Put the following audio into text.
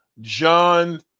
John